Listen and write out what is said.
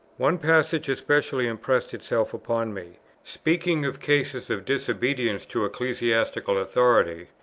one passage especially impressed itself upon me speaking of cases of disobedience to ecclesiastical authority,